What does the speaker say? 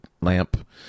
lamp